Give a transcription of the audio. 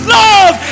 love